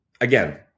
again